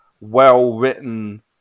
well-written